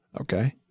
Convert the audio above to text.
Okay